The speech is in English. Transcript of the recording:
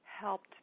helped